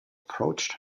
approached